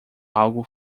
algo